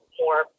more